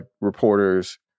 reporters